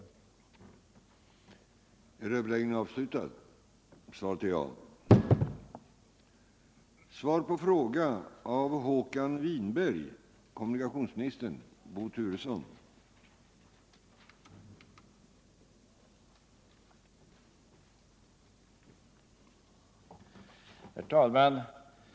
liga sjökort